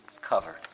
covered